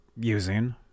using